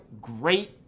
great